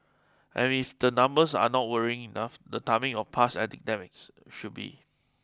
and if the numbers are not worrying enough the timing of past epidemics should be